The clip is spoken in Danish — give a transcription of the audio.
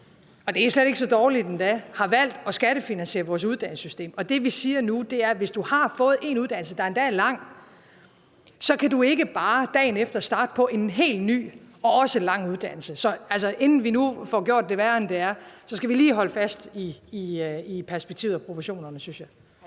og det er slet ikke så dårligt endda – har valgt at skattefinansiere vores uddannelsessystem, og det, vi siger nu, er, at hvis du har fået en uddannelse, der endda er lang, så kan du ikke bare dagen efter starte på en helt ny og også lang uddannelse. Så inden vi nu får gjort det værre, end det er, skal vi lige holde fast i perspektivet og proportionerne, synes jeg.